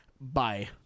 Bye